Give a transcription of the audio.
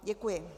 Děkuji.